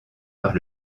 par